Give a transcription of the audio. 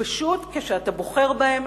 שכאשר אתה בוחר בהם,